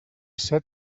set